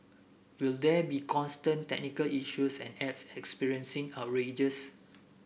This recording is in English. will there be constant technical issues and apps experiencing outrages